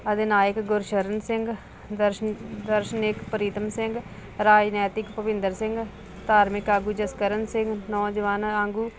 ਆਦਨਾਇਕ ਗੁਰਸ਼ਰਨ ਸਿੰਘ ਦਰਸ਼ਨ ਦਰਸ਼ਨਿਕ ਪ੍ਰੀਤਮ ਸਿੰਘ ਰਾਜਨੈਤਿਕ ਭੁਪਿੰਦਰ ਸਿੰਘ ਧਾਰਮਿਕ ਆਗੂ ਜਸਕਰਨ ਸਿੰਘ ਨੌਜਵਾਨਾਂ ਆਂਗੂ